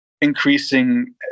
increasing